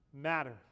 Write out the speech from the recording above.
matter